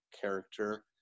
character